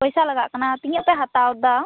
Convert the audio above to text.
ᱯᱚᱭᱥᱟ ᱞᱟᱜᱟᱜ ᱠᱟᱱᱟ ᱛᱤᱱᱟᱹᱜ ᱯᱮ ᱦᱟᱛᱟᱣ ᱫᱟ